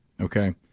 Okay